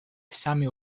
samuel